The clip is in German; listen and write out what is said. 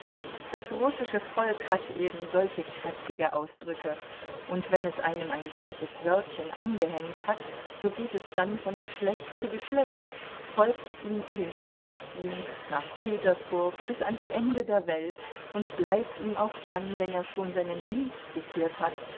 das russische volk hat eben solche kräftige ausdrücke und wenn es einem ein solches wörtchen angehängt hat so geht es dann von geschlecht zu geschlecht folgt ihm in den staatsdienst nach petersburg bis ans ende der welt und bleibt ihm auch dann wenn er schon seinen dienst quittiert hat